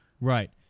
Right